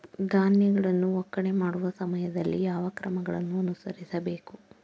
ಧಾನ್ಯಗಳನ್ನು ಒಕ್ಕಣೆ ಮಾಡುವ ಸಮಯದಲ್ಲಿ ಯಾವ ಕ್ರಮಗಳನ್ನು ಅನುಸರಿಸಬೇಕು?